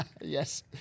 Yes